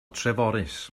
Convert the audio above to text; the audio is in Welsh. treforys